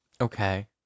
Okay